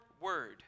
word